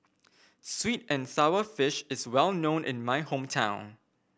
sweet and sour fish is well known in my hometown